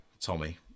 Tommy